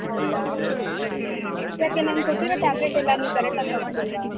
ಹೌದಾ ಯಾಕೆ ನಾನು ಕೊಟ್ಟಿರೋ ಟ್ಯಾಬ್ಲೆಟ್ ಎಲ್ಲ ನೀವು ಕರೆಕ್ಟಾಗಿ ತೊಗೊಂಡಿಲ್ಲವಾ